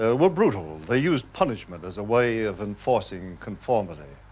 ah were brutal. they used punishment as a way of enforcing conformity.